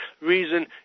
reason